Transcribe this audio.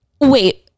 Wait